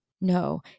no